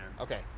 Okay